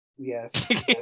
yes